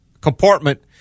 compartment